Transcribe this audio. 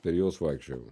per juos vaikščiojau